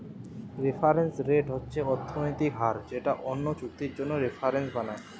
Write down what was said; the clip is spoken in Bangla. রেফারেন্স রেট হচ্ছে অর্থনৈতিক হার যেটা অন্য চুক্তির জন্যে রেফারেন্স বানায়